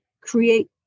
create